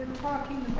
talking